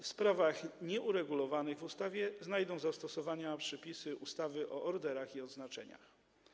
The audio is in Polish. W sprawach nieuregulowanych w ustawie znajdą zastosowanie przepisy ustawy o orderach i odznaczeniach.